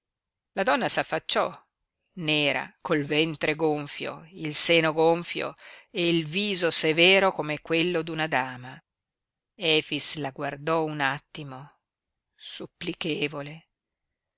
la donna s'affacciò nera col ventre gonfio il seno gonfio e il viso severo come quello d'una dama efix la guardò un attimo supplichevole